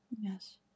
Yes